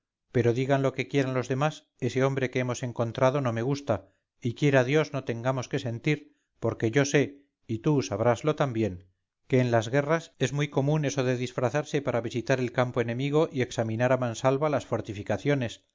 pero digan lo que quieran los demás ese hombre que hemos encontrado no me gusta y quiera dios no tengamos que sentir porque yo sé y tú sabraslo también que en las guerras es muy común eso de disfrazarse para visitar el campo enemigo y examinar a mansalva las fortificaciones